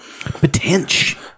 Potential